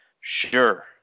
Sure